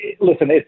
listen